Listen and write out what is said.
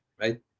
right